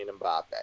Mbappe